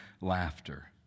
laughter